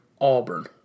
Auburn